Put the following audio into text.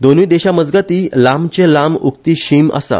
दोनुय देशामजगती लांबचे लांब उक्ती शिम आसा